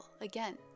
again